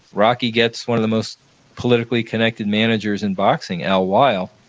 rocky gets one of the most politically-connected managers in boxing, al weill,